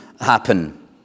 happen